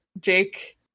jake